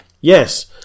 Yes